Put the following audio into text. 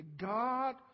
God